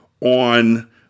on